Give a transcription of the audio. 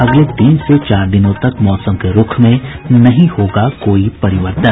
अगले तीन से चार दिनों तक मौसम के रूख में नहीं होगा कोई परिवर्तन